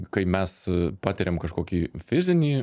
kai mes patiriam kažkokį fizinį